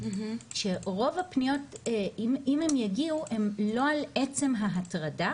שרוב הפניות אם הם יגיעו הם לא על עצם ההטרדה,